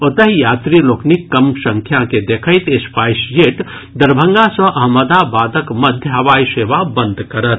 ओतहि यात्री लोकनिक कम संख्या के देखैत स्पाईसजेट दरभंगा सँ अहमदाबादक मध्य हवाई सेवा बंद करत